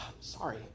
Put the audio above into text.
sorry